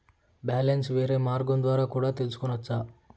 Balance వేరే మార్గం ద్వారా కూడా తెలుసుకొనొచ్చా?